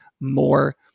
more